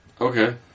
Okay